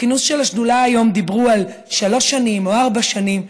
בכינוס של השדולה היום דיברו על שלוש שנים או ארבע שנים.